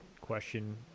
question